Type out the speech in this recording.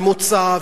ומוצא,